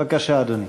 בבקשה, אדוני.